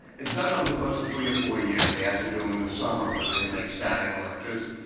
it's done over the course of three or four years. they have to do them in the summer when they can make static electricity.